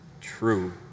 true